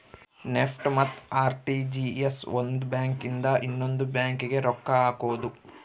NEFT ಮತ್ತ RTGS ಒಂದ್ bank ಇಂದ ಇನ್ನೊಂದು ಬ್ಯಾಂಕ್ ಗೆ ರೊಕ್ಕ ಹಕೋದು